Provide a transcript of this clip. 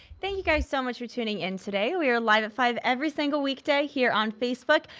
thank you guys so much for tuning in today. we are live at five every single weekday here on facebook.